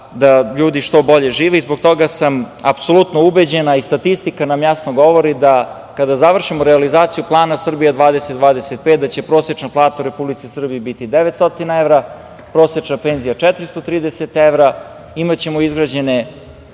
da ljudi što bolje žive. Zbog toga sam apsolutno ubeđen, a i statistika nam jasno govori da kada završimo realizaciju plana „Srbija 2025“, da će prosečna plata u Republici Srbiji biti 900 evra, prosečna penzija 430 evra, imaćemo izgrađene